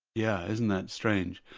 yeah isn't that strange,